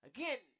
Again